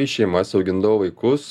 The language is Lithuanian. į šeimas augindavo vaikus